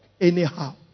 anyhow